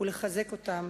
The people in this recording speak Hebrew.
ולחזק אותם.